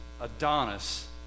Adonis